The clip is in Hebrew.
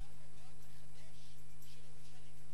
ננעלה